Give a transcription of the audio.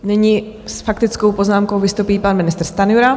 Nyní s faktickou poznámkou vystoupí pan ministr Stanjura.